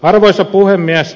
arvoisa puhemies